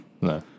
no